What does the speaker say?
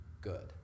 good